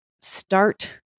start